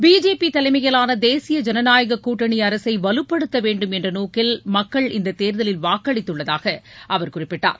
BJP தலைமையிலான தேசிய ஜனநாயகக் கூட்டணி அரசை வலுப்படுத்த வேண்டும் என்ற நோக்கில் மக்கள் இந்தத் தேர்தலில் வாக்களித்துள்ளதாக அவர் குறிப்பிட்டார்